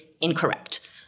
incorrect